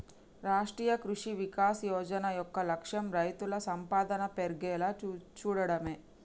రాష్ట్రీయ కృషి వికాస్ యోజన యొక్క లక్ష్యం రైతుల సంపాదన పెర్గేలా సూడటమే